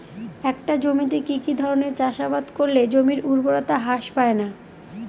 একটা জমিতে কি কি ধরনের চাষাবাদ করলে জমির উর্বরতা হ্রাস পায়না?